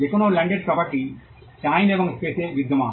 যে কোনও landed property time এবং স্পেসে বিদ্যমান